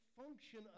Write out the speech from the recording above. function